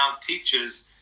teaches